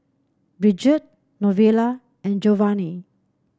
Bridgette Novella and Geovanni